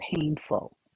painful